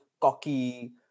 cocky